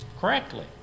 correctly